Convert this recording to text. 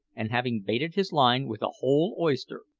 and having baited his line with a whole oyster,